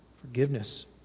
forgiveness